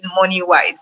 money-wise